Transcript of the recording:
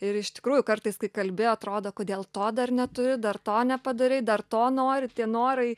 ir iš tikrųjų kartais kai kalbi atrodo kodėl to dar neturi dar to nepadarei dar to nori tie norai